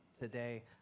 today